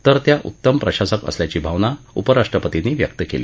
तर त्या उत्तम प्रशासक असल्याची भावना उपराष्ट्रपतींनी व्यक्त केली